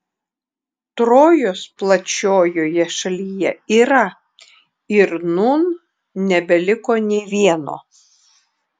trojos plačiojoje šalyje yra ir nūn nebeliko nė vieno